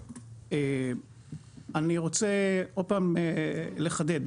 אני רוצה עוד פעם לחדד.